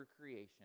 creation